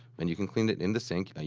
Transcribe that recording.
and you can clean it in the sink.